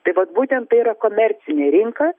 tai vat būtent tai yra komercinė rinka